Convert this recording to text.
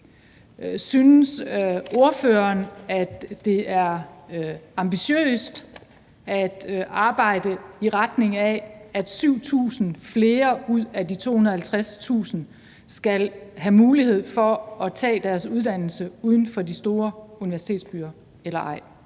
synes ordføreren så, det er ambitiøst at arbejde i retning af, at 7.000 flere ud af de 250.000 skal have mulighed for at tage deres uddannelse uden for de store universitetsbyer eller ej?